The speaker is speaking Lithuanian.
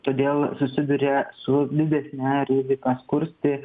todėl susiduria su didesne rizike skursti